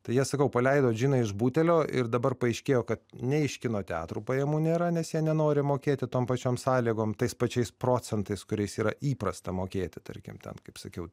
tai jie sakau paleido džiną iš butelio ir dabar paaiškėjo kad nei iš kino teatrų pajamų nėra nes jie nenori mokėti tom pačiom sąlygom tais pačiais procentais kuriais yra įprasta mokėti tarkim ten kaip sakiau